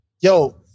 Yo